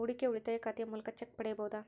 ಹೂಡಿಕೆಯ ಉಳಿತಾಯ ಖಾತೆಯ ಮೂಲಕ ಚೆಕ್ ಪಡೆಯಬಹುದಾ?